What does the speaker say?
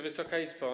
Wysoka Izbo!